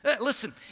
Listen